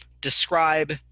describe